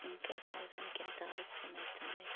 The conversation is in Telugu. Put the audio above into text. ఇంకా రావడానికి ఎంత ఆలస్యమవుతుంది